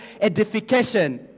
edification